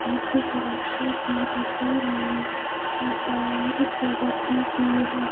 खाद्य सुरक्षा की दिशा में अपार प्रगति की है